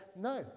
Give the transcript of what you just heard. No